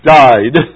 died